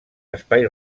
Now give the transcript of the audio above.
espai